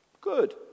good